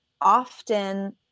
often